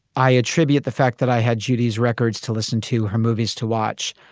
i attribute the fact that i had judi's records to listen to her movies, to watch